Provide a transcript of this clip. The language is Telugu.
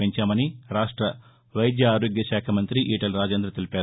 పెంచామని రాష్ట వైద్య ఆరోగ్య శాఖ మంత్రి ఈటెల రాజేందర్ తెలిపారు